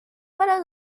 para